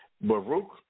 Baruch